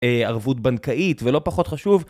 ערבות בנקאית, ולא פחות חשוב.